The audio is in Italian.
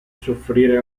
soffrire